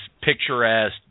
picturesque